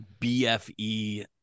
BFE